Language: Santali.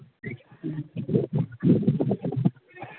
ᱦᱮᱸ